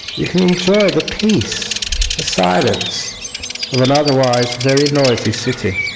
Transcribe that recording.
you can enjoy the peace, the silence in an otherwise very noisy city